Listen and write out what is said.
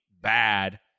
bad